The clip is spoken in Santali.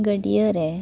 ᱜᱟᱹᱰᱭᱟᱹ ᱨᱮ